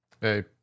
Hey